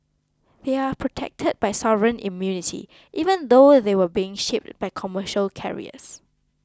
they are protected by sovereign immunity even though they were being shipped by commercial carriers